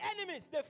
enemies